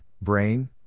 brain